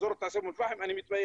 אזור התעשייה באום אל פחם אני מתבייש.